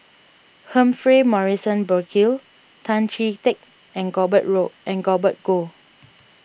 Humphrey Morrison Burkill Tan Chee Teck and Gobert Road and Gobert Goh